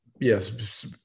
yes